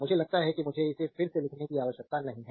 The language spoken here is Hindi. मुझे लगता है कि मुझे इसे फिर से लिखने की आवश्यकता नहीं है